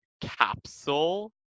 capsule